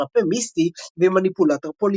מרפא מיסטי ומניפולטור פוליטי.